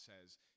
says